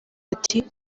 ati